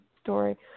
story